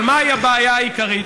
אבל מהי הבעיה העיקרית,